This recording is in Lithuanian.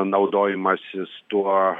naudojimasis tuo